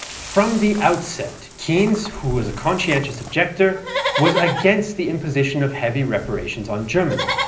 from the outset, keynes who was a conscientious objector was against the imposition of heavy reparations on germany,